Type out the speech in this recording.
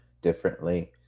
differently